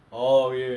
and we play